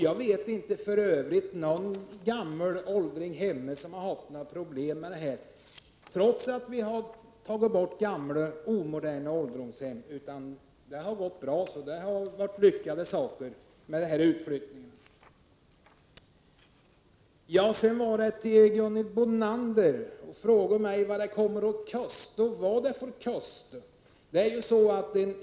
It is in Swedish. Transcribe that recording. Jag känner för övrigt inte till någon åldring hemma som har haft några problem med detta, trots att vi har tagit bort gamla, omoderna ålderdomshem. Utflyttningen har gått bra och varit lyckad. Gunhild Bolander frågar mig vad det får kosta.